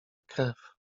krew